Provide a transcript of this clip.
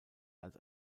als